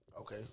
Okay